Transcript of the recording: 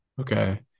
Okay